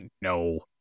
no